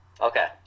Okay